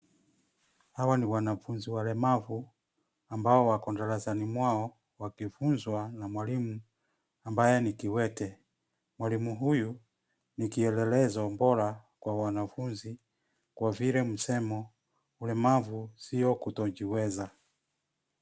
Hawa ni wanafunzi walemavu ambao wako darasani mwao wakifunzwa na mwalimu ambaye ni kiwete. Mwalimu huyu ni kielelezo bora kwa wanafunzi kwa vile msemo, ulemavu sio kutojiweza.